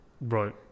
right